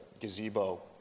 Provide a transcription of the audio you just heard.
gazebo